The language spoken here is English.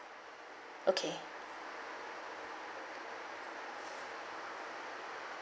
okay